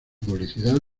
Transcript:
publicidad